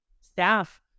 staff